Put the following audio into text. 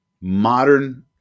modern